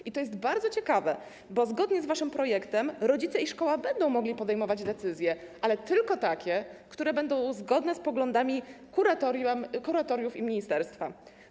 I to jest bardzo ciekawe, bo zgodnie z waszym projektem rodzice i szkoła będą mogli podejmować decyzje, ale tylko takie, które będą zgodne z poglądami kuratoriów i ministerstwa.